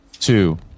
two